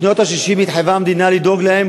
בשנות ה-60 התחייבה המדינה לדאוג להם,